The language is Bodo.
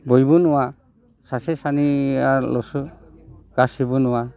बयबो नङा सासे सानैआल'सो गासैबो नङा